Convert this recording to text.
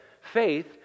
faith